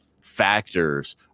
factors